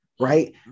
Right